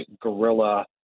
guerrilla